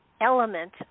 element